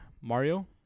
Mario